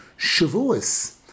Shavuos